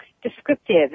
descriptive